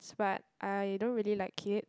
but I don't really like kid